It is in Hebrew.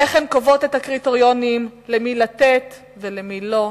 איך הן קובעות את הקריטריונים למי לתת ולמי לא,